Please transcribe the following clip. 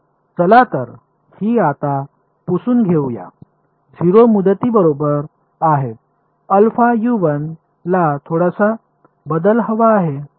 चला तर ही आता पुसून घेऊ या 0 मुदती बरोबर आहे अल्फा ला थोडासा बदल हवा आहे